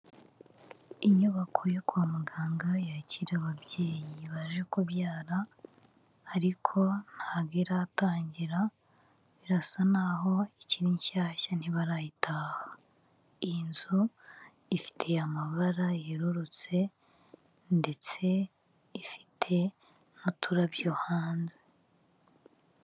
Inyubako yo kwa muganga yakira ababyeyi baje kubyara, ariko ntago iratangira; birasa naho ikiri nshyashya ntibarayitaha. Iyi nzu ifite amabara yerurutse, ndetse ifite n'uturabyo hanze.